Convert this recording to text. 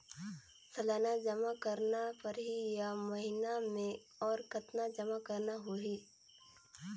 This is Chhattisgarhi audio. सालाना जमा करना परही या महीना मे और कतना जमा करना होहि?